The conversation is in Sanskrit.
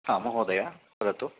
हा महोदय वदतु